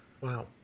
Wow